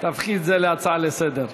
תהפכי את זה להצעה לסדר-היום.